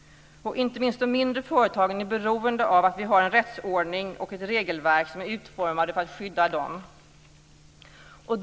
Inte minst de mindre företagen är beroende av att vi har en rättsordning och ett regelverk som är utformade för att skydda dem.